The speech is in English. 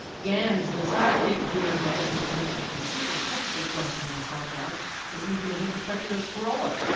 ganz, the sidekick gear-head who answers the super-technical questions on carcast, isn't even as introspective as carolla.